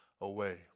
away